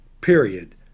period